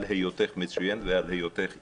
על היותך מצוינת ועל היותך אישה.